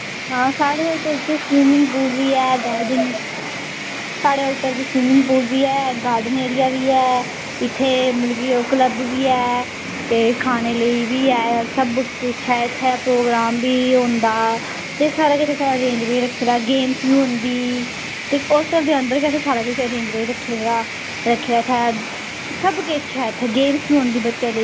हां साढ़े होटल च स्विमिंग पूल बी ऐ साढ़े होटल च स्विमिंग पूल बी ऐ गार्डन एरिया बी ऐ इत्थै मतलब कि ओह् क्लब बी ऐ ते खाने लेई बी ऐ सब किश ऐ इत्थै प्रोग्राम बी होंदा ते सारा किश सारा अरेंज बी रक्खे दा गेम्स बी होंदी ते होटल दे अन्दर गै सारा किश अरेंज करियै रक्खे दा रक्खे दा इत्थै सब किश ऐ इत्थै गेम्स बी होंदी बच्चे लेई